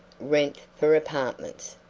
rent for apartments.